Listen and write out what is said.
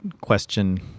question